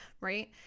right